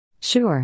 Sure